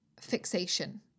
fixation